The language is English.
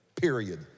period